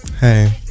Hey